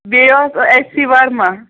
بیٚیہِ ٲس H C Verma